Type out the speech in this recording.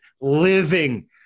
living